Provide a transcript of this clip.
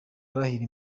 arahira